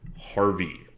Harvey